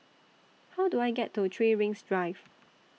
How Do I get to three Rings Drive